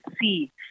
see